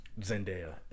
Zendaya